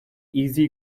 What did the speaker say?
easy